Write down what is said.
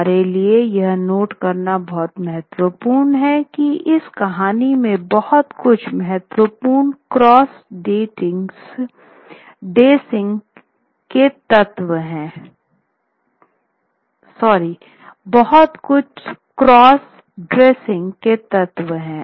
हमारे लिए यह नोट करना बहुत महत्वपूर्ण है कि इस कहानी में बहुत कुछ महत्वपूर्ण क्रॉस ड्रेसिंग के तत्व है